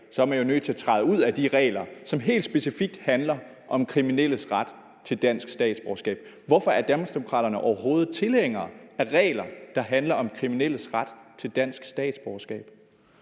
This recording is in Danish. er man jo nødt til at træde ud af de regler, som helt specifikt handler om kriminelles ret til dansk statsborgerskab. Hvorfor er Danmarksdemokraterne overhovedet tilhængere af regler, der handler om kriminelles ret til dansk statsborgerskab?